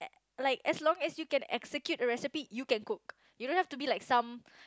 like as long as you can execute recipe you can cook you don't have to be like some